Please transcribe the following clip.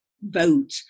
vote